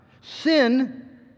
sin